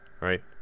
right